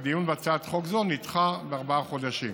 והדיון בהצעת חוק זו נדחה בארבעה חודשים.